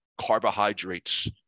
carbohydrates